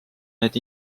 need